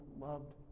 loved